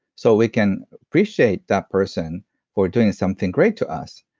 so we can appreciate that person for doing something great to us.